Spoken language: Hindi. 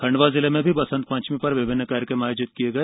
खंडवा जिले में भी बसंत ांचमी ांर विभिन्न कार्यक्रम आयोजित किए गए